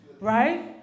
right